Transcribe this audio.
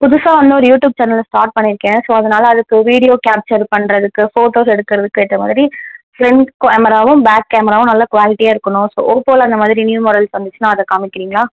புதுசா வந்து ஒரு யூடியூப் சேனலை ஸ்டார்ட் பண்ணியிருக்கேன் ஸோ அதனால் அதுக்கு வீடியோ கேப்ச்சர் பண்ணுறதுக்கு ஃபோட்டோஸ் எடுக்கிறதுக்கு ஏற்ற மாதிரி ஃப்ரெண்ட் கேமராவும் பேக் கேமராவும் நல்லா குவாலிட்டியாக இருக்கணும் ஸோ ஓப்போவில் அந்த மாதிரி நியூ மாடல்ஸ் வந்துச்சுன்னா அதை காம்மிக்கிறீங்களா